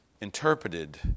interpreted